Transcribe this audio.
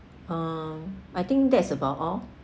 um I think that's about all